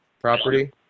property